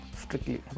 strictly